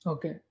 Okay